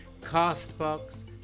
CastBox